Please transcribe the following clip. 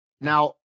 Now